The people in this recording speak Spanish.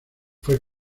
fue